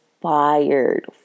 fired